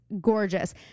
gorgeous